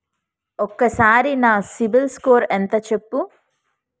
ఒక్కసారి నా CIBIL score ఎంత చెప్పు?